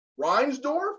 Reinsdorf